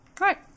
Right